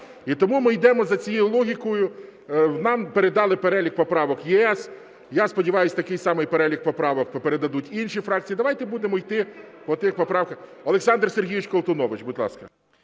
І тому ми йдемо за цією логікою. Нам передала перелік поправок "ЄС", я сподіваюсь, такий самий перелік поправок передадуть інші фракції. Давайте будемо йти по тих поправках. Олександр Сергійович Колтунович, будь ласка.